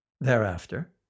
Thereafter